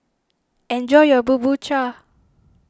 enjoy your Bubur Cha